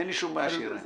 אין לי שום בעיה שהוא יראה.